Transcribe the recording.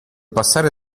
passare